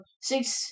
Six